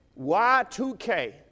Y2K